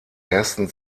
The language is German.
ersten